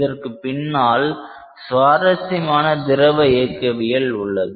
இதற்கு பின்னால் சுவாரசியமான திரவ இயக்கவியல் உள்ளது